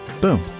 boom